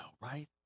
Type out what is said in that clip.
right